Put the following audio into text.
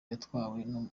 yatwawe